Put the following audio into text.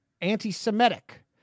anti-Semitic